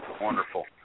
Wonderful